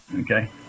Okay